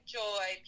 joy